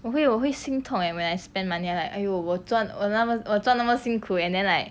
我会我会心痛 eh when I spend money like !aiyo! 我赚我那么我赚那么辛苦 and then like